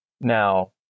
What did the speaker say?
Now